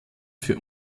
für